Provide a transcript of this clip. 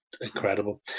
incredible